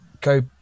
go